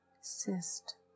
cyst